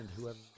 Whoever